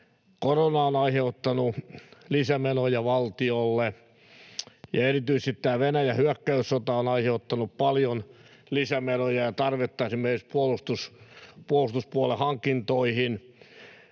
korona on aiheuttanut lisämenoja valtiolle ja erityisesti tämä Venäjän hyökkäyssota on aiheuttanut paljon lisämenoja ja tarvetta esimerkiksi puolustuspuolen hankintoihin.